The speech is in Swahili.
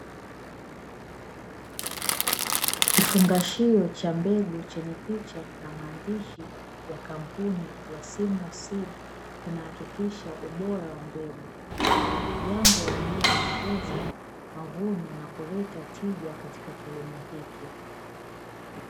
Kifungashio cha mbegu chenye picha na maandishi ya kampuni ya ''simlaw seed'' inahakikisha ubora wa mbegu jambo linaloongeza mavuno na kuleta tija katika kilimo hiki.